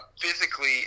physically